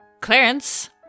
Clarence